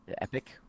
Epic